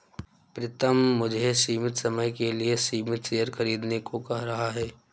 प्रितम मुझे सीमित समय के लिए सीमित शेयर खरीदने को कह रहा हैं